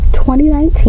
2019